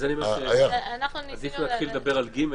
אני לא יכול לבקש את זה מהשב"ס,